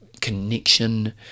connection